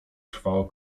trwała